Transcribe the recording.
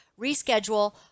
reschedule